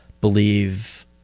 Believe